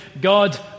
God